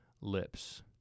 lips